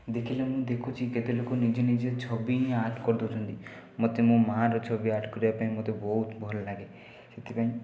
ଦେଖିଲିଣି ଦେଖୁଛି କିଛି ଲୋକ ଛବି ନିଜେ ନିଜେ ଆର୍ଟ କରିଦେଉଛନ୍ତି ମୋତେ ମୋ ମା'ର ଛବି ଆର୍ଟ କରିବା ପାଇଁ ବହୁତ ଭଲ ଲାଗେ ସେଥିପାଇଁ